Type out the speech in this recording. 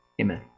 Amen